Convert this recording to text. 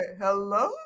hello